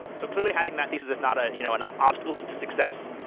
so clearly, having that thesis is not ah you know an obstacle to to success.